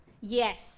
yes